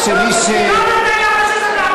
לא ניתן לפאשיזם לעבור.